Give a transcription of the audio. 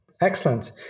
Excellent